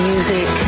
Music